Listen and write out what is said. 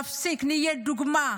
נפסיק, נהיה דוגמה.